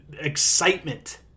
excitement